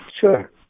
Sure